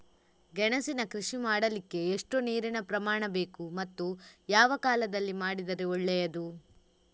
ಗೆಣಸಿನ ಕೃಷಿ ಮಾಡಲಿಕ್ಕೆ ಎಷ್ಟು ನೀರಿನ ಪ್ರಮಾಣ ಬೇಕು ಮತ್ತು ಯಾವ ಕಾಲದಲ್ಲಿ ಮಾಡಿದರೆ ಒಳ್ಳೆಯದು?